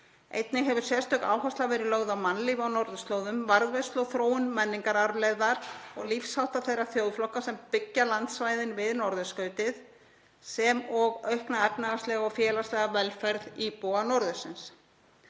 Einnig hefur sérstök áhersla verið lögð á mannlíf á norðurslóðum, varðveislu og þróun menningararfleifðar og lífshátta þeirra þjóðflokka sem byggja landsvæðin við norðurskautið, sem og aukna efnahagslega og félagslega velferð íbúa norðursins.